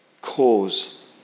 cause